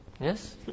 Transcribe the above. Yes